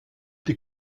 die